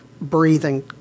breathing